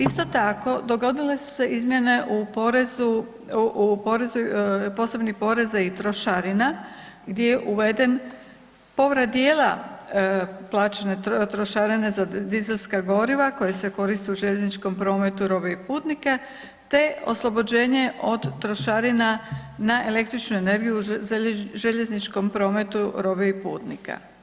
Isto tako dogodile su se izmjene u posebnim porezima i trošarina gdje je uveden povrat dijela plaćene trošarine za dizelska goriva koja se koriste u željezničkom prometu, robe i putnike te oslobođenje od trošarina na električnu energiju u željezničkom prometu robe i putnika.